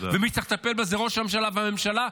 ומי שצריך לטפל זה ראש הממשלה והממשלה,